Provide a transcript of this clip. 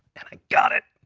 and i got it,